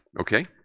Okay